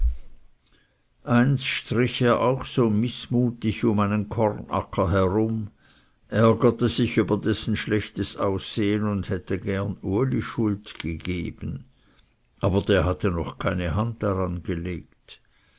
strich er auch so mißmutig um einen kornacker her um ärgerte sich über dessen schlechtes aussehen und hätte gerne uli schuld gegeben aber der hatte noch keine hand daran gelegt